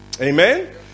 Amen